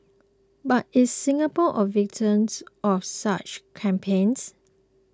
but is Singapore a victims of such campaigns